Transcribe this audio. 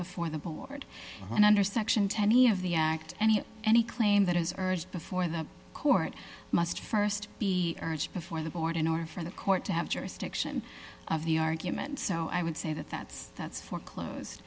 before the board and under section twenty of the act any any claim that is urged before the court must st be urged before the board in order for the court to have jurisdiction of the argument so i would say that that's that's foreclo